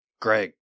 greg